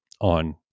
on